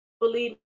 believe